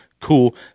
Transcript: cool